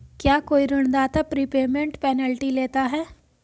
क्या कोई ऋणदाता प्रीपेमेंट पेनल्टी लेता है?